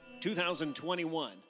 2021